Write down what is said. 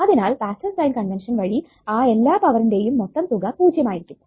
അതിനാൽ passive sign convention വഴി ആ എല്ലാ പവറിന്റെയും മൊത്തം തുക 0 ആയിരിക്കും